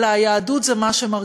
אלא היהדות היא מה שמרגישים,